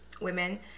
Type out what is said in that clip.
women